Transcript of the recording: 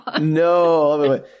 No